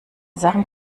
sachen